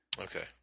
Okay